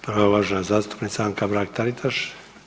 Prva je uvažena zastupnica Anka Mrak Taritaš.